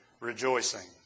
rejoicing